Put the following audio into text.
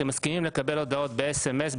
אתם מסכימים לקבל הודעות ב-SMS,